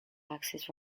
axis